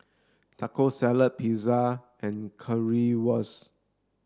Taco Salad Pizza and Currywurst